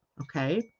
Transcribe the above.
Okay